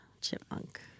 chipmunk